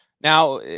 Now